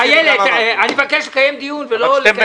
איילת, אני מבקש לקיים דיון, ולא לקיים דיאלוג.